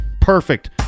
Perfect